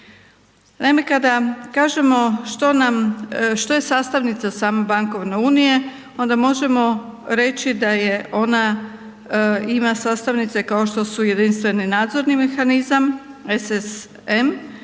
Naime, kada kažemo što je sastavnica same bankovne unije, onda možemo reći da ona ima sastavnice kao što su Jedinstveni nadzorni mehanizam SSM,